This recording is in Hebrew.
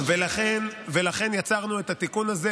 לכן יצרנו את התיקון הזה.